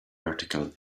article